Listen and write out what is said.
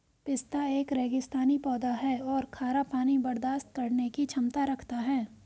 पिस्ता एक रेगिस्तानी पौधा है और खारा पानी बर्दाश्त करने की क्षमता रखता है